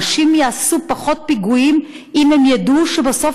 אנשים יעשו פחות פיגועים אם הם ידעו שבסוף,